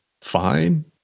fine